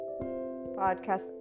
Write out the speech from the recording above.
podcast